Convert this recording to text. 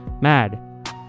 Mad